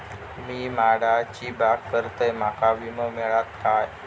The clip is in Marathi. मी माडाची बाग करतंय माका विमो मिळात काय?